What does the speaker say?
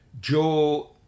Joe